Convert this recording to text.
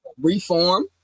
reform